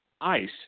ICE